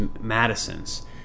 Madisons